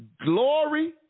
glory